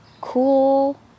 cool